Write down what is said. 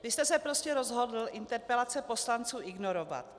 Vy jste se prostě rozhodl interpelace poslanců ignorovat.